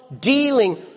dealing